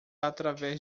através